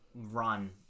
run